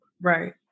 Right